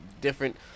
different